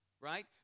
right